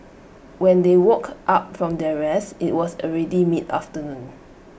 when they woke up from their rest IT was already mid afternoon